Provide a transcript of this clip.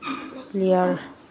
clear